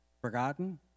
Forgotten